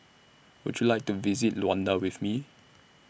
Would YOU like to visit Luanda with Me